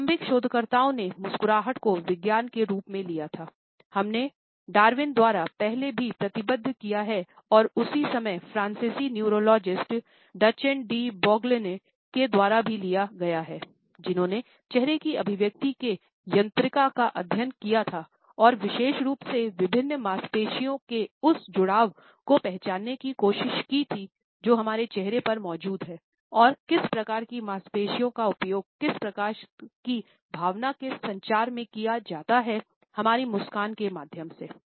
प्रारंभिक शोधकर्ताओं ने मुस्कुराहट को विज्ञान के रूप में लिया था हमने डार्विन द्वारा पहले भी प्रतिबद्ध किया है और उसी समयफ्रांसीसी न्यूरोलॉजिस्ट डचेन डी बोगलने के द्वारा भी लिया गए था जिन्होंने चेहरे की अभिव्यक्ति के यांत्रिकी का अध्ययन किया था और विशेष रूप से विभिन्न मांसपेशियों के उस जुड़ाव को पहचानने की कोशिश की थी जो हमारे चेहरे पर मौजूद हैंऔर किस प्रकार की मांसपेशियों का उपयोग किस प्रकार की भावना के संचार में किया जाता है हमारी मुस्कान के माध्यम से